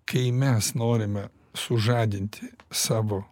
kai mes norime sužadinti savo